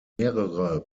mehrere